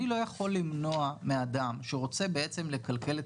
אני לא יכול למנוע מאדם שרוצה בעצם לכלכל את